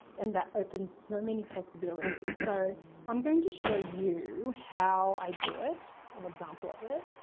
and that opens so many possibilities. so i'm going to show you how i do it, an example of it.